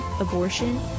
abortion